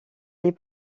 les